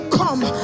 come